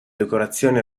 decorazioni